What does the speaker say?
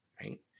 Right